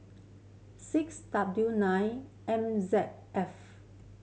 six W nine M Z F